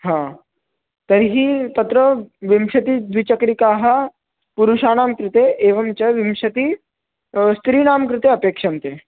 हा तर्हि तत्र विंशतिः द्विचक्रिकाः पुरुषाणां कृते एवं च विंशतिः स्त्रीणां कृते अपेक्षन्ते